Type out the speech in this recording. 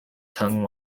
tongue